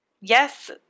Yes